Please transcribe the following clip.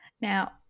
Now